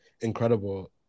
incredible